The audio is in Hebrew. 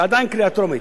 זו עדיין קריאה טרומית.